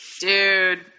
Dude